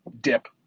dip